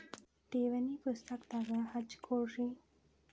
ಠೇವಣಿ ಪುಸ್ತಕದಾಗ ಹಚ್ಚಿ ಕೊಡ್ರಿ